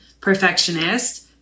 perfectionist